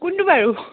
কোনটো বাৰু